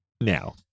now